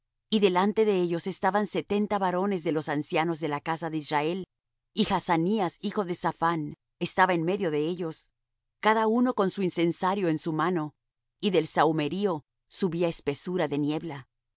y delante de ellos estaban setenta varones de los ancianos de la casa de israel y jaazanías hijo de saphán estaba en medio de ellos cada uno con su incensario en su mano y del sahumerio subía espesura de niebla